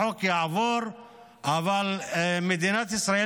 החוק יעבור, אבל מול החוק הזה שהם